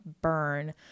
burn